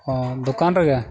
ᱚ ᱫᱚᱠᱟᱱ ᱨᱮᱜᱮ